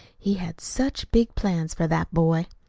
he had such big plans for that boy!